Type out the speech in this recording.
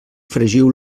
fregiu